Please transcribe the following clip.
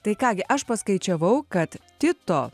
tai ką gi aš paskaičiavau kad tito